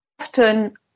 often